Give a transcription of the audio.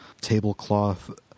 tablecloth